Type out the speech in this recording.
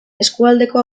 eskualdeko